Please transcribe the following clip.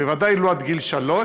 בוודאי לא עד גיל שלוש,